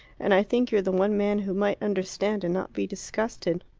and i think you're the one man who might understand and not be disgusted.